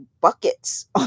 buckets